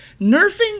nerfing